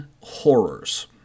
horrors